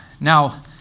Now